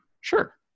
Sure